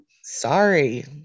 sorry